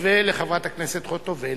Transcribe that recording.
ולחברת הכנסת חוטובלי.